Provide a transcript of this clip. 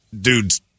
dude's